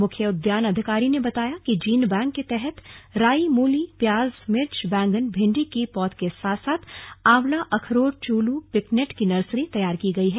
मुख्य उद्यान अधिकारी ने बताया कि जीनबैंक के तहत राई मूली प्याज मिर्च बैंगन भिण्डी की पौध के साथ साथ आंवला अखरोट चूलू पिकनेट की नर्सरी तैयार की गई है